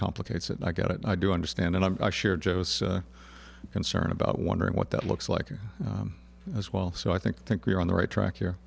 complicates it i get it i do understand and i'm sure joe was concerned about wondering what that looks like here as well so i think think we're on the right track here